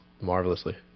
marvelously